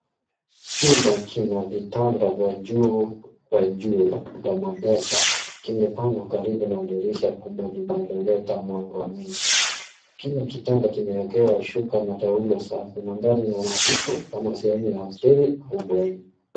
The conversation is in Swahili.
Chumba kina vitanda vya juu kwa juu, double decker kimepangwa karibu na dirisha jubwa linaloleta mwanga mwingi. Kila kitanda kimeekewa shuka na taulo safi. Mandhari ni ya nadhifu kama sehemu ya hosteli au bweni.